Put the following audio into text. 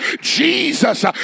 Jesus